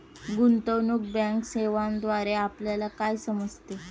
गुंतवणूक बँकिंग सेवांद्वारे आपल्याला काय समजते?